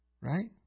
Right